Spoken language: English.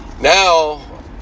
now